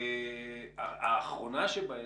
האחרונה שבהן,